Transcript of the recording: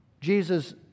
Jesus